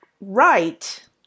right